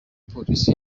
police